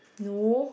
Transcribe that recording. no